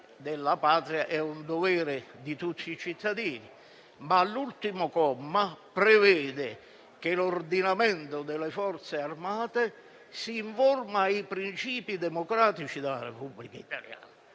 Patria è un dovere di tutti i cittadini, ma all'ultimo comma prescrive che l'ordinamento delle Forze armate si informi ai principi democratici della Repubblica italiana.